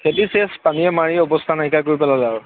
খেতি শেষ পানীয়ে মাৰি অৱস্থা নাইকিয়া কৰি পেলালে আৰু